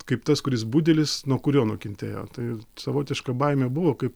kaip tas kuris budelis nuo kurio nukentėjo tai savotiška baimė buvo kaip